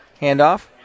Handoff